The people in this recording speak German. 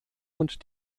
und